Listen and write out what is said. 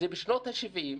זה בשנות ה-70'.